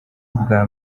ubwa